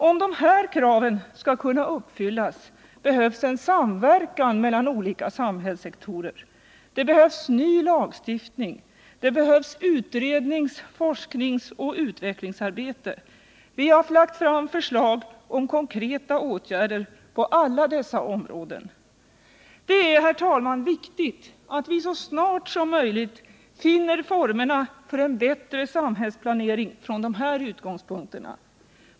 Om dessa krav skall kunna uppfyllas behövs samverkan mellan olika samhällssektorer. Det behövs ny lagstiftning. Det behövs utrednings-, forskningsoch utvecklingsarbete. I vår motion lägger vi fram förslag om konkreta åtgärder på alla dessa områden. Det är, herr talman, viktigt att vi så snart som möjligt finner former för en bättre samhällsplanering från de här utgångspunkterna.